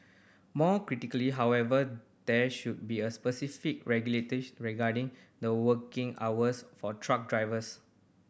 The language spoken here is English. more critically however there should be a specific regarding the working hours for truck drivers